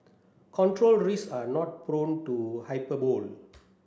control risk are not prone to hyperbole